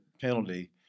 penalty